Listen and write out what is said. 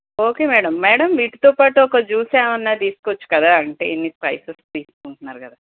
okay madam madam వీటితోపాటు ఒక juice ఏవైనా తీసుకోవచ్చు కదా అంటే ఇన్ని స్పైసెస్ తీసుకుంటున్నారు కదా